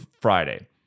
Friday